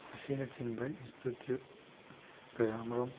ꯑꯁꯤꯅ ꯆꯤꯡꯕ ꯏꯟꯁꯇꯤꯇ꯭ꯌꯨꯠ ꯀꯌꯥ ꯃꯔꯨꯝ